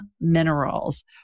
Minerals